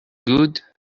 good